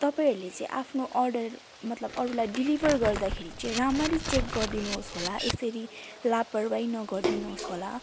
तपाईँहरूले चाहिँ आफ्नो अर्डर मतलब अरूलाई डेलिभर गर्दाखेरि चाहिँ राम्ररी चेक गरिदिनोस् होला यसरी लापरवाही नगरिदिनोस् होला